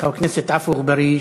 חבר הכנסת עפו אגבאריה,